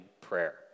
prayer